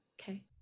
okay